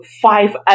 five